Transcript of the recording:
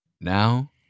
Now